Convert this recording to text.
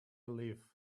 live